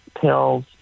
pills